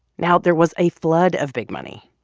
now there was a flood of big money.